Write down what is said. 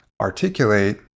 articulate